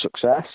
success